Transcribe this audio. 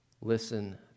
Listen